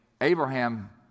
Abraham